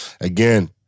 Again